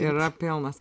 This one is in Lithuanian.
yra pilnas